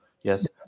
Yes